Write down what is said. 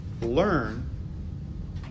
learn